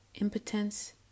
Impotence